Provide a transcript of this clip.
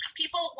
people